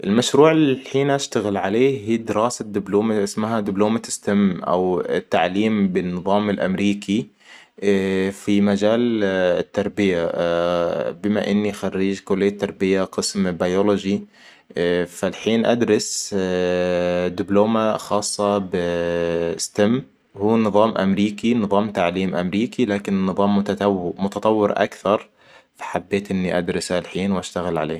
المشروع اللي الحين أشتغل عليه هي دراسة دبلومة إسمها دبلومة ستيم او التعليم بالنظام الامريكي. في مجال ا التربية بما إني خريج كلية تربية قسم بيولوجي. فالحين ادرس دبلومة خاصة بستيم. هو نظام امريكي- نظام تعليم امريكيلكن نظام متطو- متطور اكثر. فحبيت إني ادرسه الحين واشتغل عليه